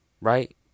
Right